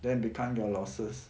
then become your losses